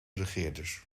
regeerders